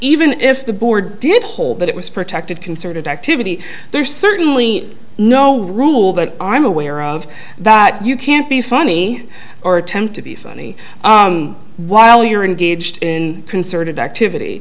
even if the board did hold that it was protected concerted activity there's certainly no rule that i'm aware of that you can't be funny or attempt to be funny while you're in gauged in concerted activity